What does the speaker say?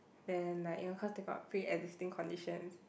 then like you know cause they got pre existing condition